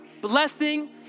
blessing